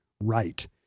right